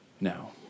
now